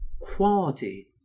quality